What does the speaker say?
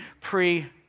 pre